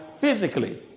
physically